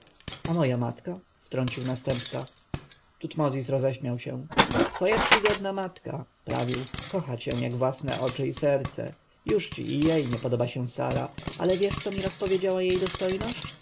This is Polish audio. a moja matka wtrącił następca tutmozis roześmiał się twoja czcigodna matka prawił kocha cię jak własne oczy i serce jużci i jej nie podoba się sara ale wiesz co mi raz powiedziała jej dostojność